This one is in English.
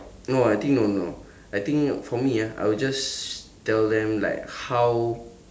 no I think no no I think for me ah I would just tell them like how